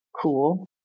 Cool